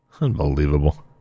Unbelievable